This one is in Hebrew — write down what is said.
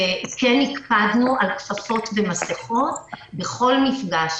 כן הקפדנו על כפפות ומסכות בכל מפגש,